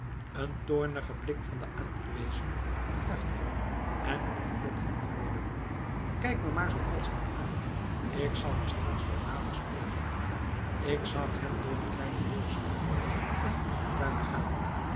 een toornige blik van den aangewezene treft hem en ontlokt hem de woorden kijk me maar zoo valsch niet aan k zal je straks wel nader spreken k zag hem door de kleine deur sluipen en in den tuin gaan